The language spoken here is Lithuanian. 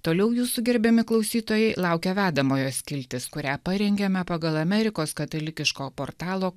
toliau jūsų gerbiami klausytojai laukia vedamoji skiltis kurią parengėme pagal amerikos katalikiško portalo